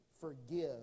forgive